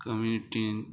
कमिटीन